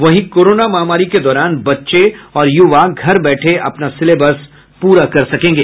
वहीं कोरोना महामारी के दौरान बच्चे और युवा घर बैठे अपना सिलेवस पूरा कर सकेंगे